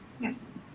Yes